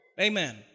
Amen